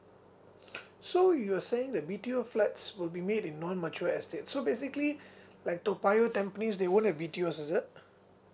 so you are saying that B_T_O flats will be made in non mature estate so basically like toa payoh tampines they won't have B_T_Os is it